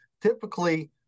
typically